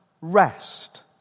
rest